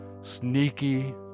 sneaky